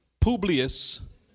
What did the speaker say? Publius